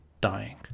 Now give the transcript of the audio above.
dying